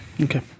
Okay